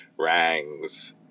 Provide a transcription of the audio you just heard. rangs